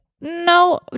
No